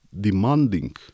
demanding